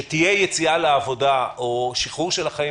שתהיה יציאה לעבודה או שחרור של החיים